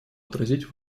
отразить